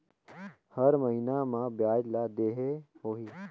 हर महीना मा ब्याज ला देहे होही?